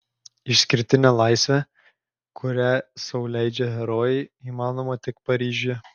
išskirtinė laisvė kurią sau leidžia herojai įmanoma tik paryžiuje